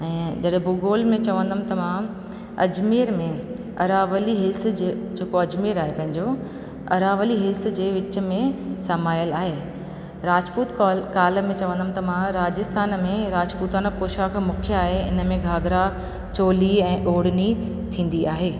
ऐ जॾहिं भूगोल में चवंदमि तमामु अजमेर में अरावली हिल्स जो जेको अजमेर आहे पंहिंजो अरावली हिल्ह जे विच में समायल आहे राजपूत कॉल काल में चवंदमि त मां राजस्थान में राजपूताना पौषाक मुख्य आहे इन में घाघरा चौली ऐं ओड़नी थींदी आहे